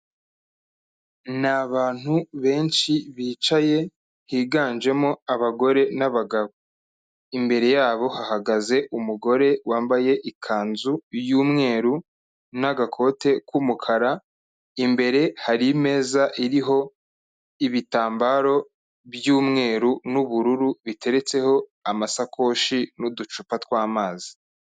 Ni abantu benshi bicaye higanjemo abagore n'abagabo. Imbere yabo hahagaze umugore wambaye ikanzu y'umweru n'agakote k'umukara, imbere hari imeza iriho ibitambaro by'umweru n'ubururu biteretseho amasakoshi n'uducupa tw'amazi.